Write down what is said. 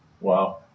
Wow